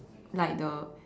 like the